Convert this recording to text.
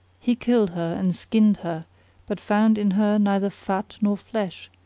he killed her and skinned her but found in her neither fat nor flesh,